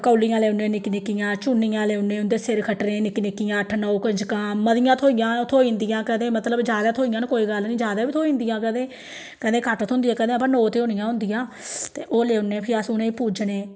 कौल्लियां लेई औन्नें निक्की निक्कियां चुन्नियां लेई औने उं'दे सिर खट्टने निक्की निक्कियां अट्ठ नौ कंजकां मतियां थ्होई जान थ्होई जंदियां कदै मतलब जैदा थ्होई जान कोई गल्ल निं जैदा बी थ्होई जंदियां कदै कदै घट्ट थ्होंदियां कदै पर नौ ते होनियां गै होंदियां ते ओह् लेई औन ते फ्ही अस उ'नें गी पूजने